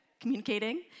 communicating